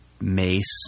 mace